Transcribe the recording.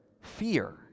fear